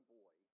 boy